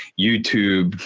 youtube,